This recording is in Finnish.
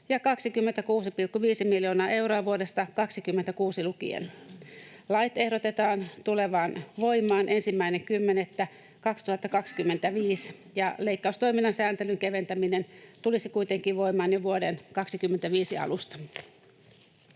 ja 26,5 miljoonaa euroa vuodesta 26 lukien. Lait ehdotetaan tulevan voimaan 1.10.2025. Leikkaustoiminnan sääntelyn keventäminen tulisi kuitenkin voimaan jo vuoden 25 alusta.